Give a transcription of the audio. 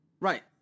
Right